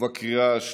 ובקריאה השלישית.